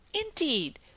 Indeed